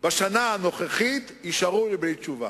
בשנה הנוכחית, יישארו בלי תשובה.